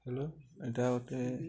hello ଏଇଟା ଗୋଟେ